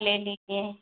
ले लीजिए